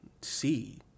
see